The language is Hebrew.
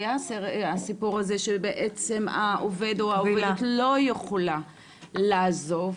היה הסיפור הזה שבעצם העובד או העובדת לא יכולה לעזוב.